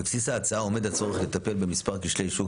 בבסיס ההצעה עומד הצורך לטפל במספר כשלי שוק